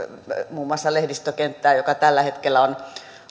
muun muassa meidän lehdistökenttäämme joka tällä hetkellä on